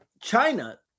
China